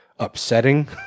upsetting